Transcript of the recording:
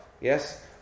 Yes